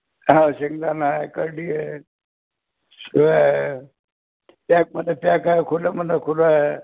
हा शेंगदाना आहे करडी आहे शिय पॅकमध्ये पॅक आहे खुलं म्हटलं खुलं आहे